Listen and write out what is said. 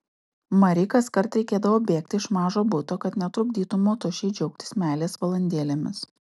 mari kaskart reikėdavo bėgti iš mažo buto kad netrukdytų motušei džiaugtis meilės valandėlėmis